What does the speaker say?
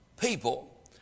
people